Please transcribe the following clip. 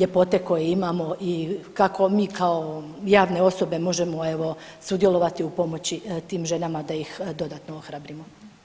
ljepote koje imamo i kako mi kao javne osobe možemo evo sudjelovati u pomoći tim ženama da ih dodatno ohrabrimo?